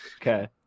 Okay